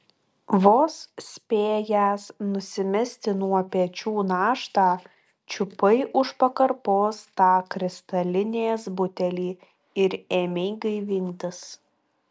vos spėjęs nusimesti nuo pečių naštą čiupai už pakarpos tą kristalinės butelį ir ėmei gaivintis